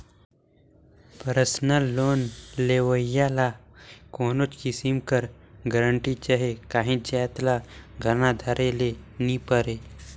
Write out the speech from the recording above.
personal loan लेहोइया ल कोनोच किसिम कर गरंटी चहे काहींच जाएत ल गहना धरे ले नी परे